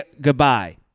Goodbye